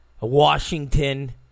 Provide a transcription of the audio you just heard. Washington